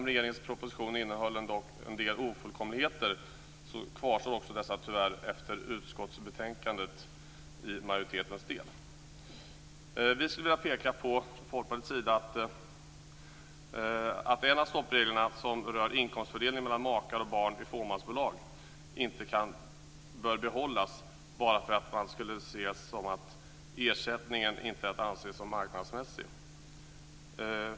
Regeringens proposition innehöll en del ofullkomligheter, och tyvärr kvarstår dessa tyvärr i majoritetens del i utskottsbetänkandet. Från Folkpartiets sida vill vi peka på att en av stoppreglerna, som rör inkomstfördelningen mellan makar och barn i fåmansbolag, inte bör behållas bara för att ersättningen inte är att anse som marknadsmässig.